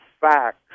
facts